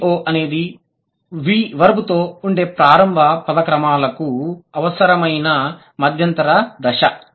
SVO అనేది V తో ఉండే ప్రారంభ పదక్రమాలకు అవసరమైన మధ్యంతర దశ